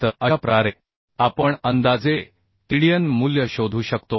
तर अशा प्रकारे आपण अंदाजे TDN मूल्य शोधू शकतो